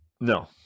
No